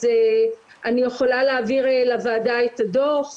אז אני יכולה להעביר לוועדה את הדוח.